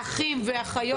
אחים ואחיות שפוגעים.